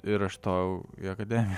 ir aš stojau į akademiją